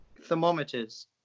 thermometers